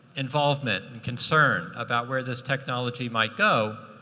involvement and concern about where this technology might go,